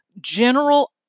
general